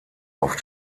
auf